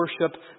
worship